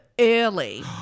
early